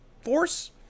force